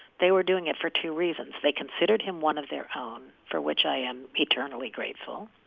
they were doing it for two reasons. they considered him one of their own, for which i am eternally grateful,